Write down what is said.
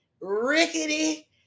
rickety